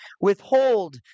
withhold